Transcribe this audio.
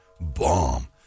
bomb